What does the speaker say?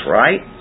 right